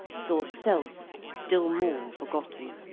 saw self still more forgotten,